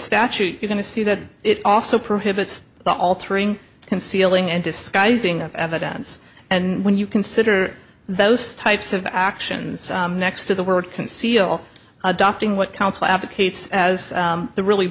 statute you going to see that it also prohibits altering concealing and disguising of evidence and when you consider those types of actions next to the word conceal adopting what counsel advocates as the really